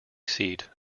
seat